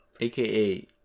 AKA